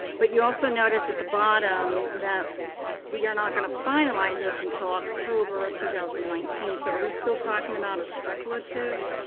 but you also notice at the bottom that we are not gonna finalize this until october of two thousand and nineteen so are we still talking about a speculative